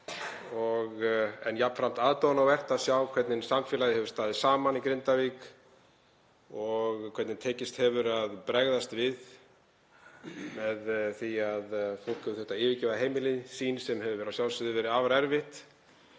en jafnframt aðdáunarvert að sjá hvernig samfélagið hefur staðið saman í Grindavík og hvernig tekist hefur að bregðast við með því að fólk hefur þurft að yfirgefa heimili sín, sem hefur að sjálfsögðu verið afar erfitt